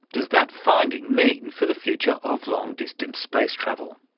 does that finding mean for the future of long-distance space travel?